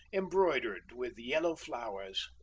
embroidered with yellow flowers.